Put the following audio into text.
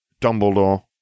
Dumbledore